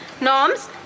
norms